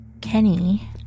Kenny